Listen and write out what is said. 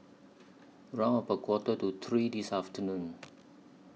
round about Quarter to three This afternoon